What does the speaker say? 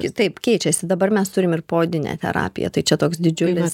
kitaip keičiasi dabar mes turim ir poodinę terapiją tai čia toks didžiulis